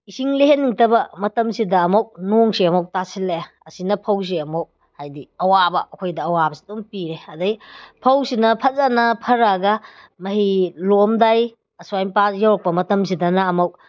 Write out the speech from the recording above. ꯏꯁꯤꯡ ꯂꯩꯍꯟꯅꯤꯡꯗꯕ ꯃꯇꯝꯁꯤꯗ ꯑꯃꯨꯛ ꯅꯣꯡꯁꯤ ꯑꯃꯨꯛ ꯇꯥꯁꯤꯜꯂꯛꯑꯦ ꯑꯁꯤꯅ ꯐꯧꯁꯦ ꯑꯃꯨꯛ ꯍꯥꯏꯗꯤ ꯑꯋꯥꯕ ꯑꯩꯈꯣꯏꯗ ꯑꯋꯥꯕꯁꯤ ꯑꯗꯨꯝ ꯄꯤꯔꯦ ꯑꯗꯩ ꯐꯧꯁꯤꯅ ꯐꯖꯅ ꯐꯔꯛꯑꯒ ꯃꯍꯩ ꯂꯣꯛꯑꯝꯗꯥꯏ ꯑꯁ꯭ꯋꯥꯏ ꯃꯄꯥ ꯌꯧꯔꯛꯄ ꯃꯇꯝꯁꯤꯗꯅ ꯑꯃꯨꯛ